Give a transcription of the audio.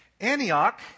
Antioch